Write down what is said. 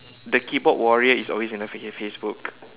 the keyboard warrior is always in the Facebook